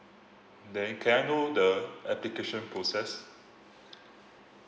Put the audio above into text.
then can I know the application process